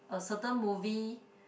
a certain movie